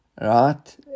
right